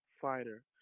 fighter